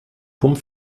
pump